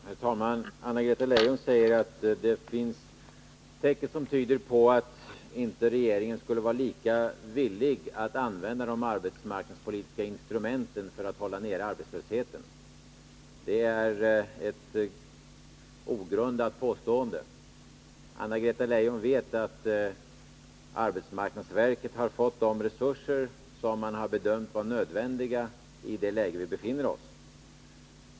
Herr talman! Anna-Greta Leijon säger att det finns tecken som tyder på att regeringen inte längre skulle vara lika villig att använda de arbetsmarknadspolitiska instrumenten för att hålla nere arbetslösheten. Det är ett ogrundat påstående. Anna-Greta Leijon vet att arbetsmarknadsverket har fått de resurser som man har bedömt vara nödvändiga i det läge vi befinner oss i.